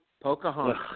Pocahontas